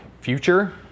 future